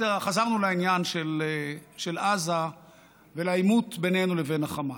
חזרנו לעניין של עזה ולעימות בינינו לבין החמאס.